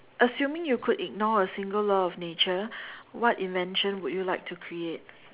assuming you could ignore a single law of nature what invention would you like to create